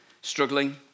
struggling